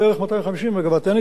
אין לי הנתונים להיום ולאתמול.